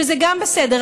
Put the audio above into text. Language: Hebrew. שזה גם בסדר,